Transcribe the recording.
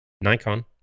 Nikon